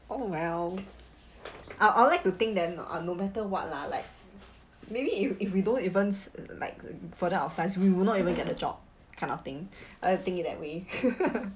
oh well I I'd like to think that uh no matter what lah like maybe if if we don't even like further our study we will not even get a job kind of thing I think it that way